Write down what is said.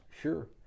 sure